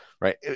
right